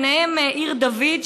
ובהן עיר דוד,